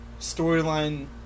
storyline